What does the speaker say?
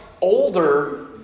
older